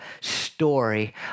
story